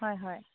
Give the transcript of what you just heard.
হয় হয়